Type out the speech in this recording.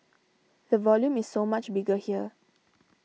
the volume is so much bigger here